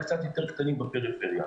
הערבי.